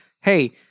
hey